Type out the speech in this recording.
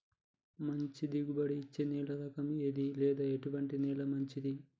మంచి దిగుబడి ఇచ్చే నేల రకం ఏది లేదా ఎటువంటి నేల మంచిది?